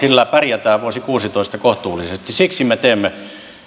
sillä pärjätään vuosi kuusitoista kohtuullisesti siksi me teemme